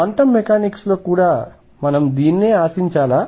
quantum మెకానిక్స్లో కూడా మనం దీనినే ఆశించాలా